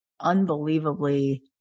unbelievably